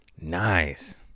Nice